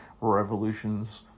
revolutions